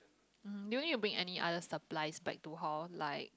um do you bring any other supplies back to hall like